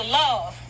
love